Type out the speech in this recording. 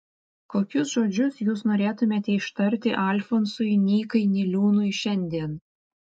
kokius žodžius jūs norėtumėte ištarti alfonsui nykai niliūnui šiandien